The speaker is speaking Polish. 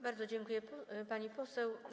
Bardzo dziękuję, pani poseł.